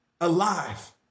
alive